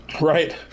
right